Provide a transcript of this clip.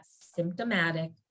symptomatic